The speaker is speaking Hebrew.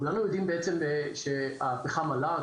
כולנו יודעים בעצם שהפחם עלה,